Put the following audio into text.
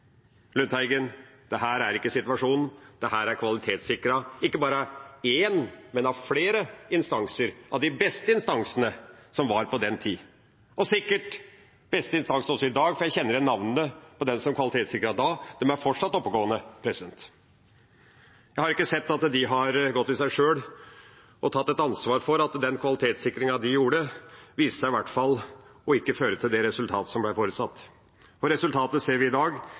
Lundteigen, dette er ikke situasjonen. Dette var kvalitetssikret, ikke bare av én, men av flere instanser, av de beste instansene som var på den tida – og sikkert de beste instansene også i dag, for jeg kjenner igjen navnene på dem som kvalitetssikret da, de er fortsatt oppegående. Jeg har ikke sett at de har gått i seg selv og tatt et ansvar for at den kvalitetssikringen de gjorde, viste seg i hvert fall ikke å føre til det resultatet som ble forutsatt. Resultatet ser vi i dag.